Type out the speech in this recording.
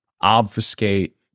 obfuscate